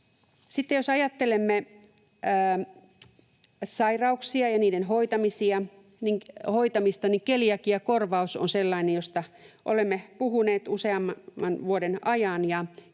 jos ajattelemme sairauksia ja niiden hoitamista, niin keliakiakorvaus on sellainen, josta olemme puhuneet useamman vuoden ajan,